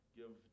give